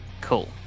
Cool